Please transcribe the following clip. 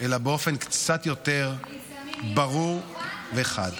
אלא באופן קצת יותר ברור וחד.